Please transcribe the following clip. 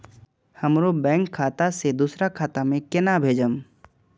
हमरो बैंक खाता से दुसरा खाता में केना भेजम?